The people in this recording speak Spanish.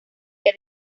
que